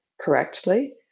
correctly